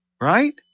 right